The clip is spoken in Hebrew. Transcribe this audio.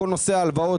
כל נושא ההלוואות,